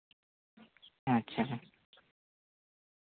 ᱟᱪᱪᱷᱟ ᱦᱮᱸ